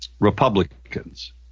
Republicans